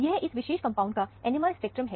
यह इस विशेष कंपाउंड का NMR स्पेक्ट्रम है